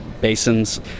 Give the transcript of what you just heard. basins